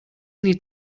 need